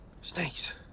Snakes